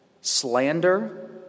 slander